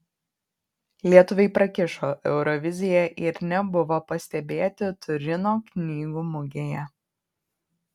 lietuviai prakišo euroviziją ir nebuvo pastebėti turino knygų mugėje